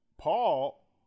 Paul